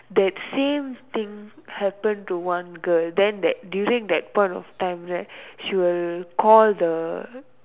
that same thing happen to one girl then that during that point of time right she will call the